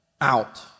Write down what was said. out